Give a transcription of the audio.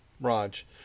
Raj